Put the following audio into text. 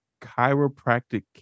chiropractic